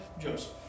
Joseph